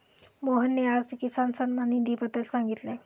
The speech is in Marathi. मोहनने आज किसान सन्मान निधीबद्दल सांगितले